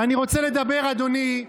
ואני רוצה לדבר, אדוני,